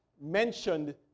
mentioned